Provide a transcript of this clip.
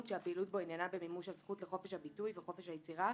שהפעילות בו עניינה במימוש הזכות לחופש הביטוי וחופש היצירה,